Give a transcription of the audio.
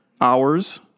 hours